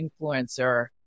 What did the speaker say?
influencer